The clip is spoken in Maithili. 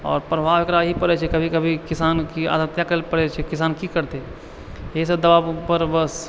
आओर प्रभाव एकरा इएह पड़ै छै कभी कभी किसानके आत्महत्या करैलए पड़ि जाइ छै किसान की करतै इएहसब दबाबपर बस